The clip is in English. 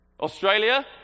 Australia